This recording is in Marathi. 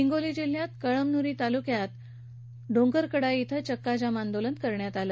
हिंगोली जिल्ह्यात कळमनुरी तालुक्यात डोंगरकडा ध्रुं चक्का जाम आंदोलन करण्यात आलं